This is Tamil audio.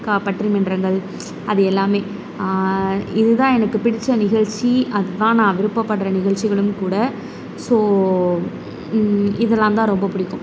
பட்டிமன்றங்கள் அது எல்லாமே இதுதான் எனக்கு பிடித்த நிகழ்ச்சி அதுதான் நான் விருப்பப்படுற நிகழ்ச்சிகளும் கூட ஸோ இதெலாம்தான் ரொம்ப பிடிக்கும்